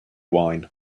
wine